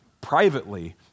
privately